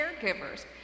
caregivers